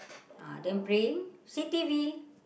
uh then praying see t_v